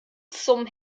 zum